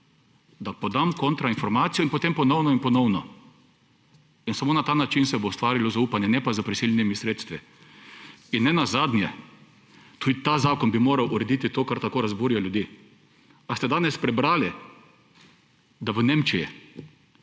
da podam kontrainformacijo in potem ponovno in ponovno. Samo na ta način se bo ustvarilo zaupanje, ne pa s prisilnimi sredstvi. In nenazadnje tudi ta zakon bi moral urediti to, kar tako razburja ljudi. Ali ste danes prebrali, da v Nemčiji